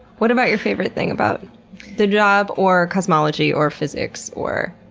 what about your favorite thing about the job, or cosmology, or physics, or?